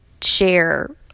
share